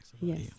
yes